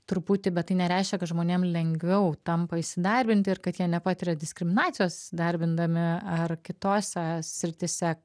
truputį bet tai nereiškia kad žmonėm lengviau tampa įsidarbinti ir kad jie nepatiria diskriminacijos darbindami ar kitose srityse